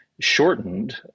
shortened